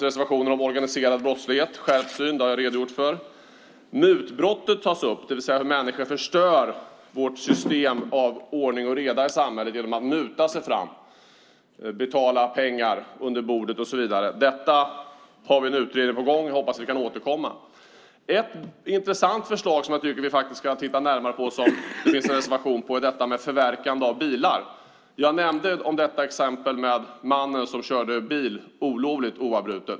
I reservationen om organiserad brottslighet efterfrågas skärpt syn. Det har jag redogjort för. Mutbrottet tas upp, det vill säga när människor förstör vårt system av ordning och reda i samhället genom att muta sig fram, betala pengar under bordet och så vidare. Om detta har vi en utredning på gång. Jag hoppas att vi kan återkomma. Ett intressant förslag som finns i en reservation, som jag tycker att vi ska titta närmare på, är om detta med förverkande av bilar. Jag nämnde exemplet med mannen som oavbrutet körde bil olovligt.